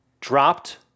dropped